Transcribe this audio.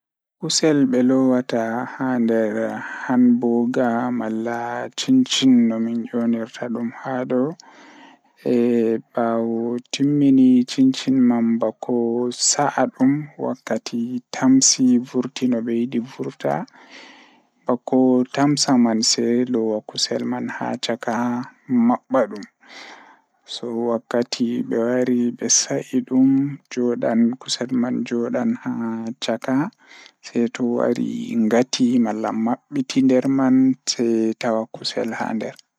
Nyama ɗiɗi waɗi e hamburgers ngoni dow fotaade, ɗiɗi maaɓɓe e nyebbude ngol e nafaade. Ko jeye, ɗum ndiyam no waɗi ɗum ɗoo ngam moƴƴude nyamako. So, nyamako ɗum fota, e njooɗa njaltina e njoɓdi.